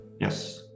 Yes